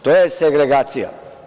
To je segregacija.